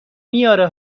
میاره